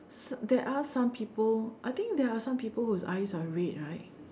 there are some people I think there are some people whose eyes are red right